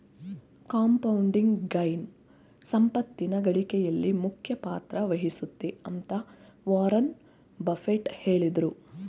compounding gain ಸಂಪತ್ತಿನ ಗಳಿಕೆಯಲ್ಲಿ ಮುಖ್ಯ ಪಾತ್ರ ವಹಿಸುತ್ತೆ ಅಂತ ವಾರನ್ ಬಫೆಟ್ ಹೇಳಿದ್ರು